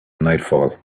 nightfall